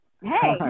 Hey